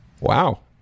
wow